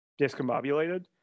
discombobulated